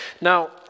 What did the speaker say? Now